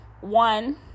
one